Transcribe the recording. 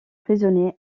prisonnier